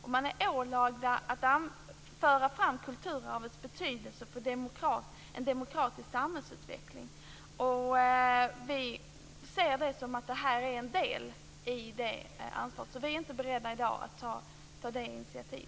De är ålagda att föra fram kulturarvets betydelse för en demokratisk samhällsutveckling. Vi ser det som att det här är en del av det ansvaret. Vi är inte beredda att i dag ta detta initiativ.